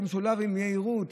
זה משולב עם יהירות.